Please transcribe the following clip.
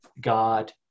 God